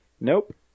Nope